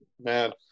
Man